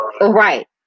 Right